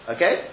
Okay